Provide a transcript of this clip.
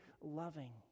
loving